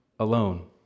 alone